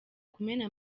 kumena